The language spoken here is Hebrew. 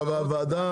הוועדה,